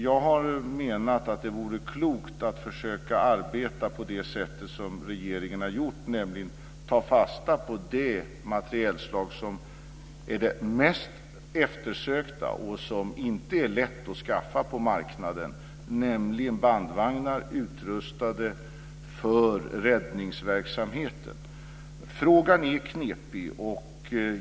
Jag har menat att det vore klokt att försöka arbeta på det sätt som regeringen har gjort, nämligen att ta fasta på det materielslag som är det mest eftersökta och som det inte är lätt att skaffa på marknaden, dvs. bandvagnar utrustade för räddningsverksamheten. Frågan är knepig.